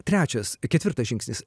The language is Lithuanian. trečias ketvirtas žingsnis